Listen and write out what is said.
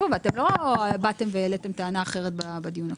שוב, אתם לא באתם והעליתם טענה אחרת בדיון הקודם.